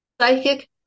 Psychic